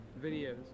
Videos